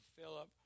Philip